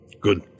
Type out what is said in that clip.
Good